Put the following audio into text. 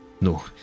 No